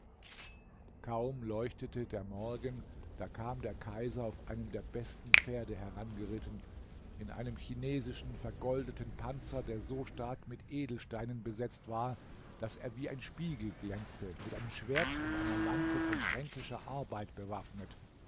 kaum leuchtete der morgen da kam der kaiser auf einem der besten pferde herangeritten in einem chinesischen vergoldeten panzer der so stark mit edelsteinen besetzt war daß er wie ein spiegel glänzte mit einem schwert und einer lanze von fränkischer arbeit bewaffnet